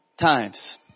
times